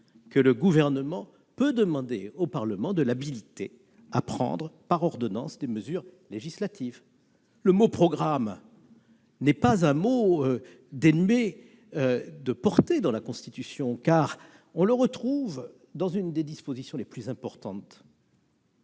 que le Gouvernement peut demander au Parlement de l'habiliter à prendre, par ordonnances, des mesures législatives. Le mot « programme » n'est pas dénué de portée dans la Constitution, car on le retrouve dans l'une des dispositions les plus importantes